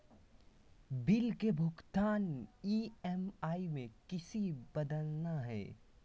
Bill के भुगतान EMI में किसी बदलना है?